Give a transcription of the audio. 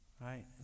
Right